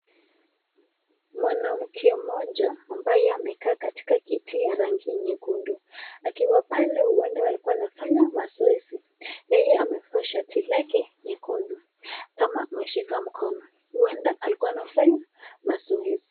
Mwanamke mmoja ambaye amekaa katika kiti ya rangi nyekundu. Akiwa pale ,huenda alikuwa anafanya mazoezi. Yeye amevaa shati lake nyekundu kama ameshika mkono, huenda alikua anafanya mazoezi.